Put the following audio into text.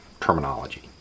terminology